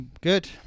Good